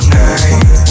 night